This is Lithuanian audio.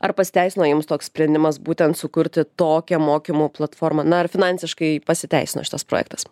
ar pasiteisino jums toks sprendimas būtent sukurti tokią mokymų platformą na ar finansiškai pasiteisino šitas projektas